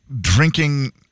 drinking-